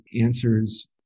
answers